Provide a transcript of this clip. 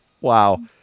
wow